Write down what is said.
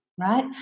right